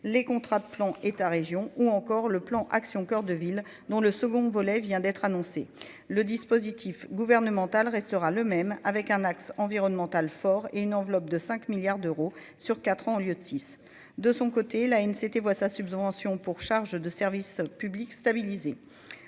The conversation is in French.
les contrats de plan État-Région ou encore le plan Action coeur de ville dont le second volet vient d'être annoncé le dispositif gouvernemental restera le même, avec un axe environnemental fort et une enveloppe de 5 milliards d'euros sur 4 ans au lieu de 6 de son côté la c'était voit sa subvention pour charges de service public, stabilisé